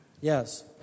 Yes